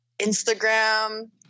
Instagram